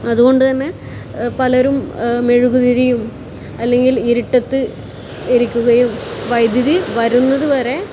അതുകൊണ്ട് തന്നെ പലരും മെഴുക് തിരിയും അല്ലെങ്കിൽ ഇരുട്ടത്ത് ഇരിക്കുകയും വൈദ്യുതി വരുന്നത് വരെ